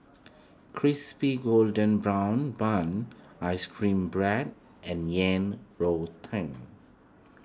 Crispy Golden Brown Bun Ice Cream Bread and Yang Rou Tang